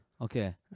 okay